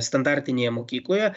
standartinėje mokykloje